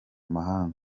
mahanga